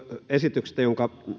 esityksestä jonka